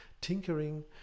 tinkering